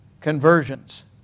conversions